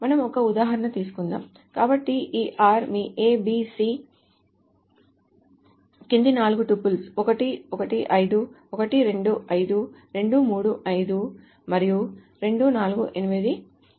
మనం ఒక ఉదాహరణ తీసుకుందాం కాబట్టి ఈ r మీ A B C కింది నాలుగు టుపుల్స్ 1 1 5 1 2 5 2 3 5 మరియు 2 4 8 ఉన్నాయి